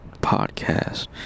podcast